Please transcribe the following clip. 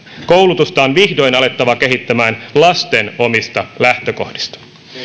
koulutusta on vihdoin alettava kehittämään lasten omista lähtökohdista